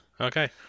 Okay